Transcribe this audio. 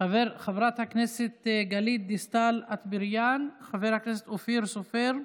הכנסת גלית דיסטל אטבריאן, חבר הכנסת אופיר סופר,